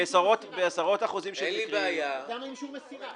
אזהרות -- אז למה אישור מסירה?